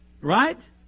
Right